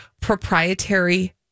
proprietary